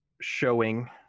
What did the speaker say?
showing